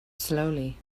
slowly